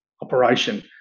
operation